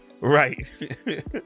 Right